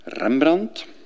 Rembrandt